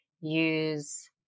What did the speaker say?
use